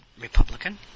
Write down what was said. Republican